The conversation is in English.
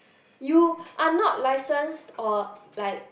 you are not licensed or like